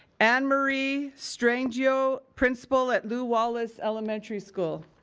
anne marie strangio, principal at lew wallace elementary school.